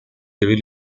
civil